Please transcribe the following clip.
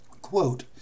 Quote